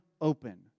open